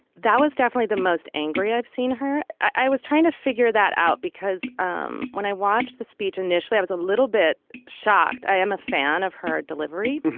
that was definitely the most angry i've seen her i was trying to figure that out because um when i watched the speech initially i was a little bit shocked. i am a fan of her delivery.